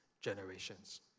generations